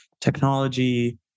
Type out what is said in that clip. technology